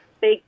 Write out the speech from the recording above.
big